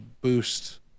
boost